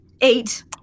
eight